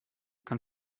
kann